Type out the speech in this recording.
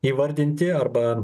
įvardinti arba